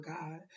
God